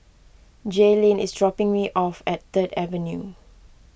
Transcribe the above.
Jaelynn is dropping me off at Third Avenue